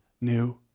new